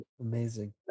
amazing